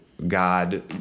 God